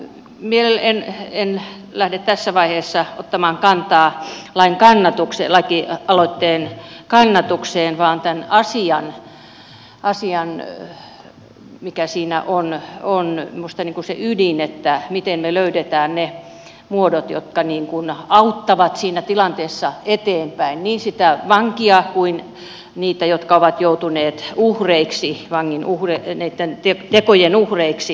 mielelläni en lähde tässä vaiheessa ottamaan kantaa lakialoitteen kannatukseen vaan tähän asiaan mikä siinä on minusta niin kuin se ydin että miten me löydämme ne muodot jotka auttavat siinä tilanteessa eteenpäin niin sitä vankia kuin niitä jotka ovat joutuneet uhreiksi hwangin uhri ei näyttänyt näitten tekojen uhreiksi